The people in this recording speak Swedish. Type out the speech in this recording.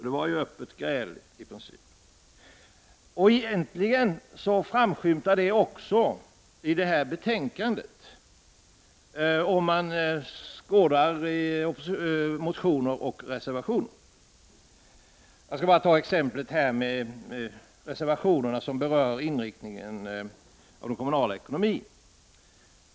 Det var ju öppet gräl i princip, och det framskymtar också i det här betänkandet, om man skärskådar motioner och reservationer. Jag skall bara ta som exempel reservationerna som berör inriktningen av den kommunala ekonomin.